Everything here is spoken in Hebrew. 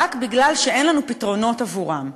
רק מפני שאין לנו פתרונות עבורם.